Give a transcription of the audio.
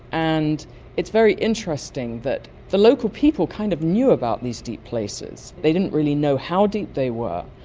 and it's very interesting that the local people kind of knew about these deep places. they didn't really know how deep they were,